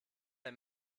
der